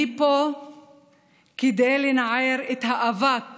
אני פה כדי לנער את האבק